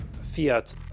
fiat